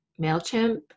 MailChimp